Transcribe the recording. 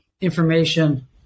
information